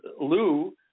Lou